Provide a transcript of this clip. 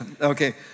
Okay